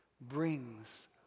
brings